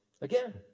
Again